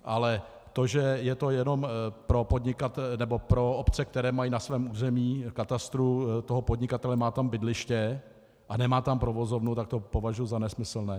Ale to, že je to jenom pro obce, které mají na svém území, katastru toho podnikatele, má tam bydliště a nemá tam provozovnu, tak to považuji za nesmyslné.